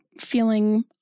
feeling